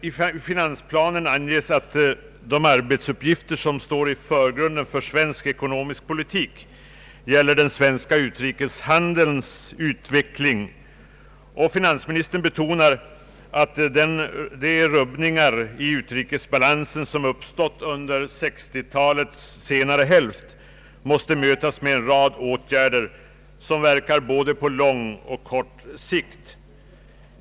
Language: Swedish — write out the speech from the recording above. I finansplanen anges att de arbetsuppgifter som står i förgrunden för svensk ekonomisk politik gäller den svenska utrikeshandelns «utveckling, och finansministern betonar att de rubbningar i utrikeshandelsbalansen som har uppstått under 1960-talets senare hälft måste mötas med en rad åtgärder som verkar på både lång och kort sikt.